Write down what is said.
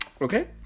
okay